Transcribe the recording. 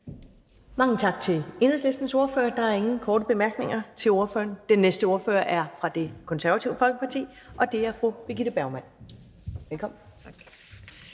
Mange tak til Enhedslistens ordfører. Der er ikke nogen korte bemærkninger til ordføreren. Den næste ordfører er fra Det Konservative Folkeparti, og det er fru Birgitte Bergman. Velkommen.